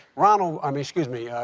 ronald i mean, excuse me,